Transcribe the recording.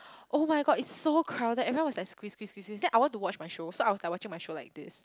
[oh]-my-god it's so crowded everyone was like squeeze squeeze squeeze squeeze then I want to watch my show so I was like watching my show like this